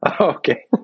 Okay